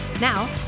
Now